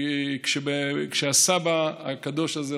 הסבא הקדוש הזה,